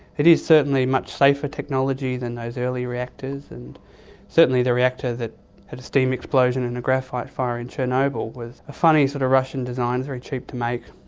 it is certainly much safer technology than those earlier reactors and certainly the reactor that had a steam explosion and a graphite fire in chernobyl was a funny sort of russian design, was very cheap to make,